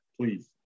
Please